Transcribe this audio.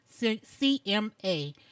CMA